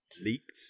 leaked